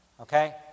okay